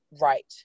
right